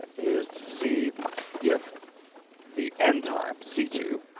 is to see if the end time c two